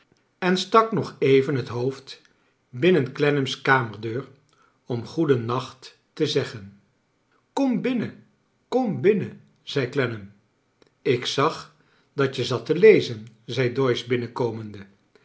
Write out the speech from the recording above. en stak nog even het hoofd binnen clennam's kamerdeur om goeden nacht te zeggen kom binnen kom binnen zei clennam ik zag dat je zat te lezen zei doyce binnenkomende